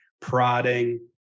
prodding